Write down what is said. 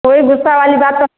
कोई ग़ुस्सा वाली बात